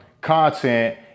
content